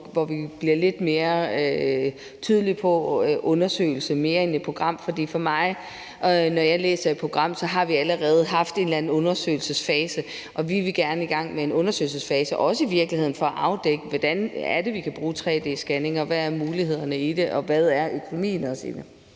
hvor vi bliver lidt mere tydelige på det med undersøgelse mere end på det med et program. For det er for mig sådan, at når jeg læser ordet program, har vi allerede haft en eller anden undersøgelsesfase, og vi vil gerne i gang med en undersøgelsesfase, i virkeligheden også for at afdække, hvordan det er, vi kan bruge tre-d-scanninger, hvad mulighederne er i det, og hvad økonomien også er i det.